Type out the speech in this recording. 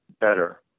better